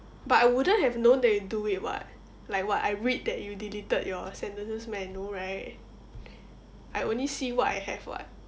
but I wouldn't have known that you do it [what] like what I read that you deleted your sentences meh no right I only see what I have [what]